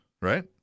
right